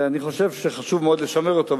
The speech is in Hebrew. ואני חושב שחשוב מאוד לשמר אותו,